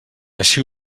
així